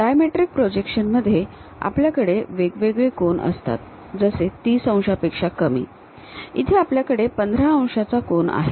dimetric projection मध्ये आपल्याकडे वेगळे कोन असतात जसे ३० अंशांपेक्षा कमी इथे आपल्याकडे १५ अंशांचा आहे